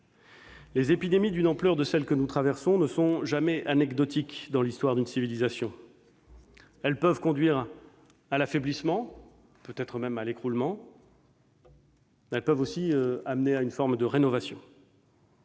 Les épidémies de l'ampleur de celle que nous traversons ne sont jamais anecdotiques dans l'histoire d'une civilisation. Elles peuvent conduire à l'affaiblissement, peut-être même à l'écroulement. Elles peuvent aussi amener à une forme de rénovation.